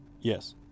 yes